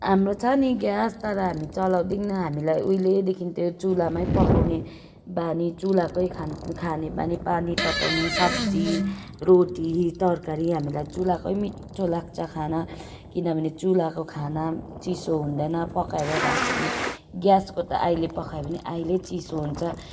हाम्रो छ नि ग्यास तर हामी चलाउँदैनौँ हामीलाई उहिलेदेखि त्यो चुल्हामै पकाउने बानी चुल्हाकै खान खाने बानी पानी तताउने सब्जी रोटी तरकारी हामीलाई चुल्हाकै मिठो लाग्छ खाना किनभने चुल्हाको खाना चिसो हुँदैन पकाएर राख्यो भने ग्यासको त अहिले पकायो भने अहिले चिसो हुन्छ